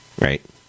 right